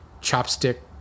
chopstick